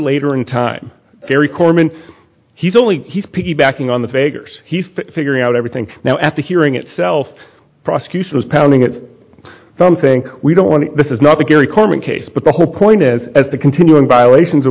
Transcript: later in time very corman he's only he's piggybacking on the vagaries he figuring out everything now at the hearing itself prosecution is pounding it's something we don't want to this is not the gary coleman case but the whole point is as the continuing violations o